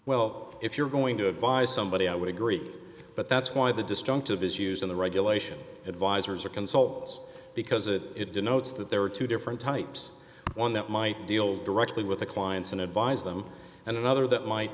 well if you're going to advise somebody i would agree but that's why the disjunctive is used in the regulation advisers or consults because it it denotes that there are two different types one that might deal directly with the clients and advise them and another that might